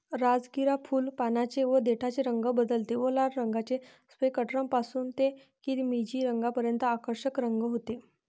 राजगिरा फुल, पानांचे व देठाचे रंग बदलते व लाल रंगाचे स्पेक्ट्रम पासून ते किरमिजी रंगापर्यंत आकर्षक रंग होते